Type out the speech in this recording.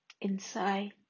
inside